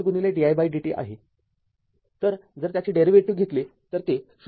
तरजर त्याचे डेरीवेटीव्ह घेतले तर ते ०